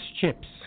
chips